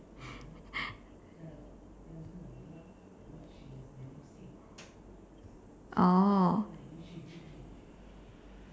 oh